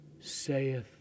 saith